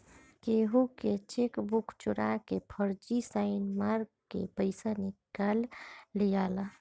केहू के चेकबुक चोरा के फर्जी साइन मार के पईसा निकाल लियाला